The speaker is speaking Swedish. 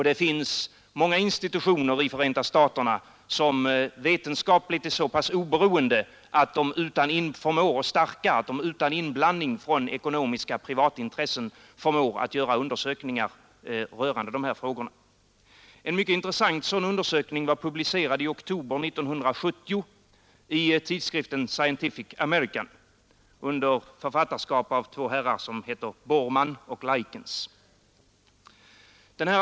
Det finns många institutioner i Förenta staterna som vetenskapligt är så pass oberoende och starka att de utan inblandning från ekonomiska privatintressen förmår att göra undersökningar rörande dessa frågor. En mycket intressant sådan undersökning var publicerad i oktober 1970 i tidskriften Scientific America under författarskap av två herrar som heter Borman och Likens.